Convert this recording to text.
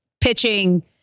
pitching